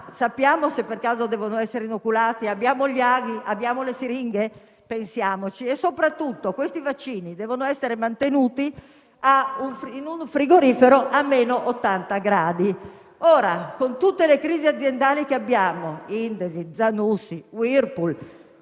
sappiamo se per caso devono essere inoculati? Abbiamo gli aghi? Abbiamo le siringhe? Pensiamoci. Soprattutto, i vaccini devono essere mantenuti in un frigorifero a meno 80 gradi. Ora, con tutte le crisi aziendali che abbiamo - Indesit, Zanussi, Whirlpool